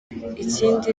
ikindi